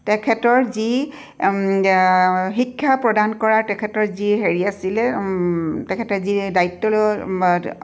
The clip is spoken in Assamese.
তেখেতৰ যি শিক্ষা প্ৰদান কৰাৰ তেখেতৰ যি হেৰি আছিলে তেখেতে যি দায়িত্ব লৈ